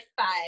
five